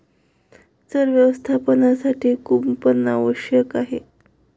चर व्यवस्थापनासाठी कुंपण आवश्यक आहे